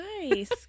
Nice